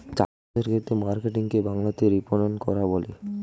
চাষের ক্ষেত্রে মার্কেটিং কে বাংলাতে বিপণন করা বলে